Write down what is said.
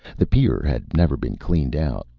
the pier had never been cleaned out.